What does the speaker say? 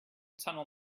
tunnel